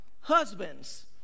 husbands